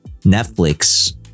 Netflix